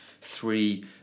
three